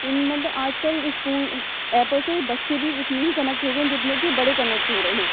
اِن مطلب آج کل اسکول ایپوں سے بچے بھی اتنے ہی کنکٹ ہوگئے ہیں جتنے کہ بڑے کنکٹ ہو رہے ہیں